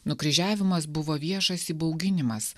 nukryžiavimas buvo viešas įbauginimas